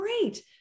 great